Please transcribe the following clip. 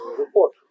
report